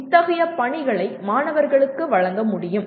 இத்தகைய பணிகளை மாணவர்களுக்கு வழங்க முடியும்